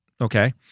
Okay